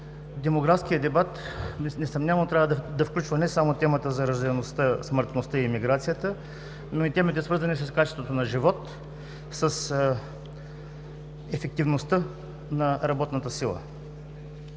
демографският дебат несъмнено трябва да включва не само темата за раждаемостта, смъртността и емиграцията, но и темите, свързани с качеството на живот, с ефективността на работната сила.